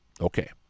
Okay